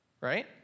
right